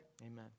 amen